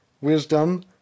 wisdom